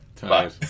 Bye